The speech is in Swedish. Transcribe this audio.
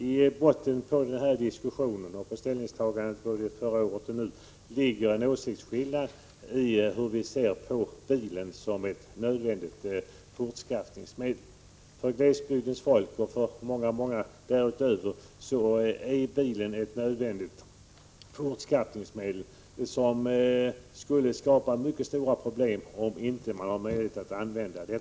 I botten på denna diskussion och ställningstagandena både förra året och nu ligger en åsiktsskillnad, en skillnad i hur vi ser på bilen som ett nödvändigt fortskaffningsmedel. För glesbygdens folk och för många många andra är bilen ett nödvändigt fortskaffningsmedel. För dessa människor skulle det innebära mycket stora problem, om de inte hade möjlighet att använda bil.